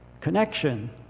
connection